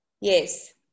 yes